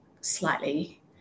slightly